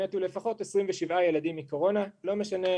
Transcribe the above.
מתו לפחות 27 ילדים מקורונה לא משנה,